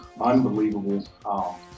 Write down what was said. unbelievable